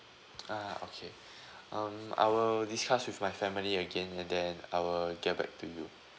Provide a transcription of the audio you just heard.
ah okay um I will discuss with my family again and then I will get back to you